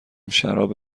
شراب